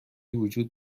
وجود